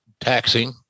taxing